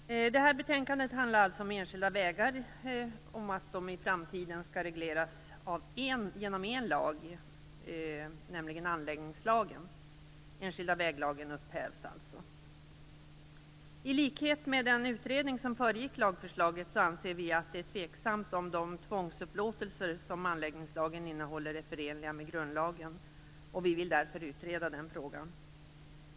Herr talman! Det här betänkandet handlar alltså om enskilda vägar och om att de i framtiden skall regleras genom en lag, nämligen anläggningslagen. I likhet med den utredning som föregick lagförslaget anser vi att det är tveksamt om de tvångsupplåtelser som anläggningslagen innehåller är förenliga med grundlagen. Vi vill därför utreda den frågan.